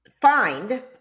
find